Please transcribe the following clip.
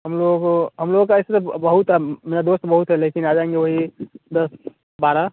हम लोग हम लोग का ऐसे तो बहुत है मेरे दोस्त बहुत हैं लेकिन आ जाएँगे वही दस बारह